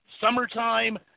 summertime –